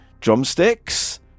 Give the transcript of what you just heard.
Drumsticks